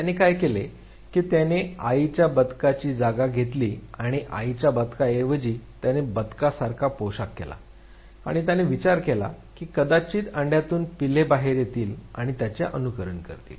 त्याने काय केले की त्याने आईच्या बदकाची जागा घेतली आणि आईच्या बदकाऐवजी त्याने बदकासारख्या पोशाख केलाआणि त्याने विचार केला की कदाचित अंड्यातून पिल्ले बाहेर येतील आणि त्याचे अनुकरण करतील